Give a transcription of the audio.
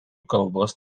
kalbos